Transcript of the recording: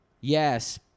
Yes